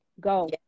go